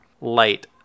Light